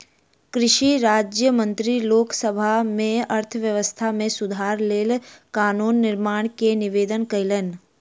कृषि राज्य मंत्री लोक सभा में अर्थव्यवस्था में सुधारक लेल कानून निर्माण के निवेदन कयलैन